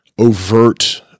overt